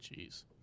jeez